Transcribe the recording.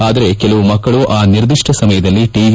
ಆದರೆ ಕೆಲವು ಮಕ್ಕಳು ಆ ನಿರ್ದಿಷ್ಲ ಸಮಯದಲ್ಲಿ ಟಿ